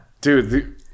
Dude